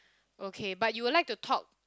okay but you will like to talk